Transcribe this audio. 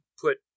put